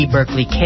Berkeley